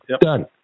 Done